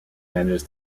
manages